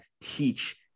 teach